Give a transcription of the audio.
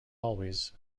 always